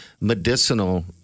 medicinal